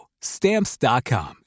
Stamps.com